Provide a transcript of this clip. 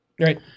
Right